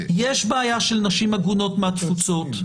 יש בעיה של נשים עגונות מהתפוצות.